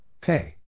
Pay